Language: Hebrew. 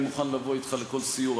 אני מוכן לבוא אתך לכל סיור,